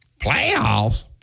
Playoffs